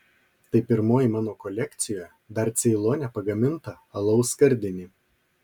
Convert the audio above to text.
tai pirmoji mano kolekcijoje dar ceilone pagaminta alaus skardinė